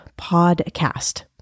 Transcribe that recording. Podcast